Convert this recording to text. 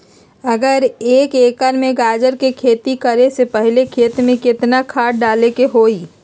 अगर एक एकर में गाजर के खेती करे से पहले खेत में केतना खाद्य डाले के होई?